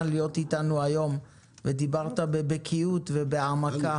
להיות אתנו היום ודיברת בבקיאות והעמקה.